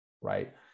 right